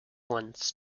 ones